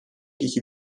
iki